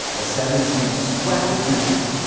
a seven seed swept a two seed.